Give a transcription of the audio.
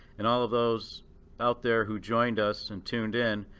and all of those out there who joined us and tuned in.